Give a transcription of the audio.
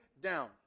down